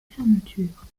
fermeture